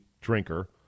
drinker